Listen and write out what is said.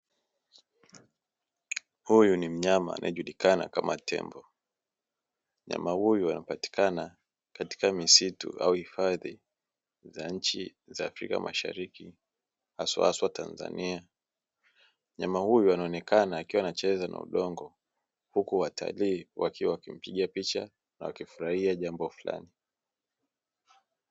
Huyu ni mnyama anayejulikana kama tembo. Mnyama huyu anapatikana katika misitu au hifadhi za nchi za Afrika mashariki, haswahaswa Tanzania. Mnyama huyu anaonekana akiwa anacheza na udongo, huku watalii wakiwa wakimpiga picha na wakifurahia jambo fulani.